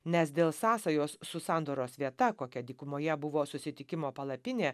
nes dėl sąsajos su sandoros vieta kokia dykumoje buvo susitikimo palapinė